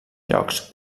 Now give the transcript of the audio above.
llocs